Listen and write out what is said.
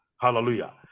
Hallelujah